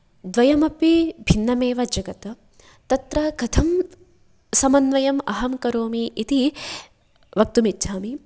द्वयम् अपि भिन्नं एव जगत् तत्र कथं समन्वयम् अहं करोमि इति वक्तुम् इच्छामि